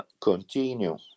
continue